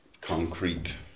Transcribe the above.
concrete